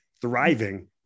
Thriving